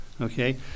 Okay